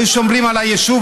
היו שומרים על היישוב.